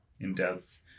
in-depth